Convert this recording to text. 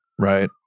right